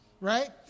right